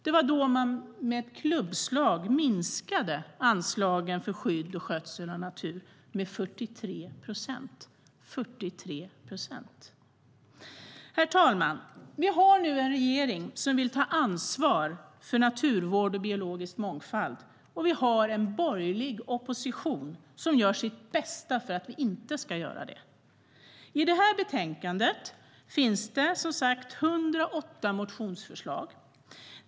Då minskades med ett klubbslag anslagen för skydd och skötsel av natur med 43 procent.I betänkandet finns 108 motionsförslag.